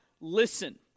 listen